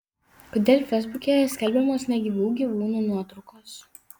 o kodėl feisbuke skelbiamos negyvų gyvūnų nuotraukos